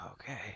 Okay